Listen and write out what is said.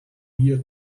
year